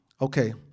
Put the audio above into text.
Okay